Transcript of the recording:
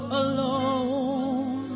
alone